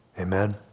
Amen